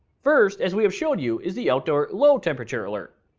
first, as we have showed you, is the outdoor low temperature alert.